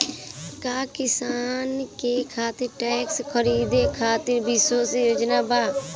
का किसानन के खातिर ट्रैक्टर खरीदे खातिर विशेष योजनाएं बा?